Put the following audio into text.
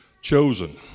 chosen